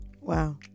Wow